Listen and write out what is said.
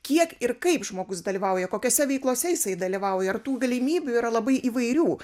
kiek ir kaip žmogus dalyvauja kokiose veiklose jisai dalyvauja ir tų galimybių yra labai įvairių